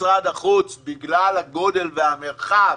משרד החוץ בגלל הגודל והמרחק,